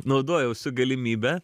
naudojausi galimybe